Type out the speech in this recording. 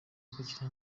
kugira